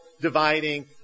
dividing